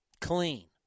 Clean